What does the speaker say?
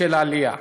של העלייה.